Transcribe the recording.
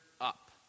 up